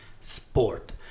sport